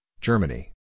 Germany